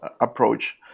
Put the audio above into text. approach